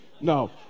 no